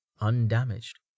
undamaged